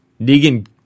negan